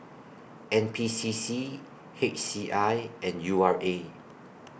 N P C C H C I and U R A